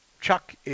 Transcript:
Chuck